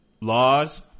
laws